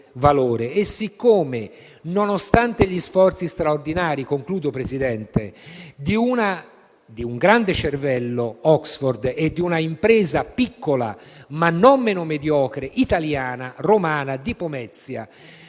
Siccome, nonostante gli sforzi straordinari di un grande cervello (Oxford) e di una impresa piccola, ma non mediocre, italiana, romana, di Pomezia,